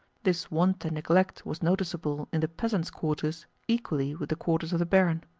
this want and neglect was noticeable in the peasants' quarters equally with the quarters of the barin.